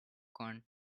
corn